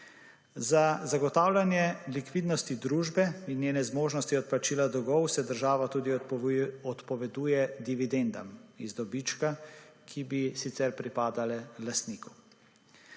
Za zagotavljanje likvidnosti družbe in njene zmožnosti odplačila dolgov, se država tudi odpoveduje dividendam iz dobička, ki bi sicer pripadale lastniku.